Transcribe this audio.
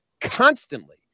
constantly